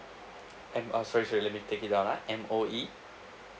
M~ uh sorry sorry let me take it down ah M_O_E